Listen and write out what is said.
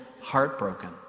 heartbroken